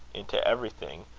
into everything,